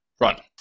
run